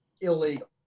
illegal